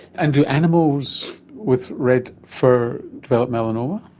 and do animals with red fur develop melanoma?